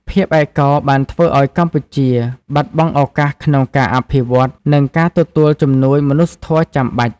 ភាពឯកោបានធ្វើឱ្យកម្ពុជាបាត់បង់ឱកាសក្នុងការអភិវឌ្ឍ និងការទទួលជំនួយមនុស្សធម៌ចាំបាច់។